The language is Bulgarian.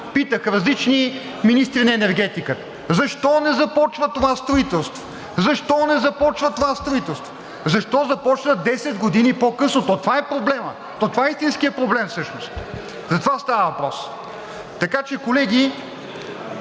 питах различни министри на енергетиката: „Защо не започва това строителство? Защо не започва това строителство? Защо започна 10 години по-късно?“ То това е проблемът, то това е истинският проблем всъщност, за това става въпрос, така че, колеги,